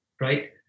right